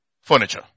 furniture